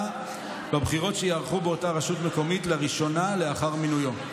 בבחירות שייערכו באותה רשות מקומית לראשונה לאחר מינויו.